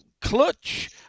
clutch